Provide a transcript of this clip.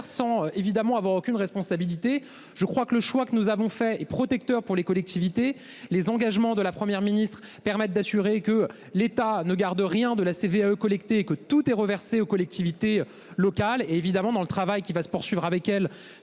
sans évidemment avoir aucune responsabilité. Je crois que le choix que nous avons fait et protecteur pour les collectivités, les engagements de la Première ministre permettent d'assurer que l'État ne garde rien de la CVAE collecter et que tout est reversée aux collectivités locales évidemment dans le travail qui va se poursuivre avec elle